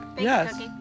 yes